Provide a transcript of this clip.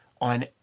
on